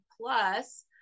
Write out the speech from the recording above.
plus